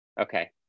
Okay